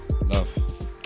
Love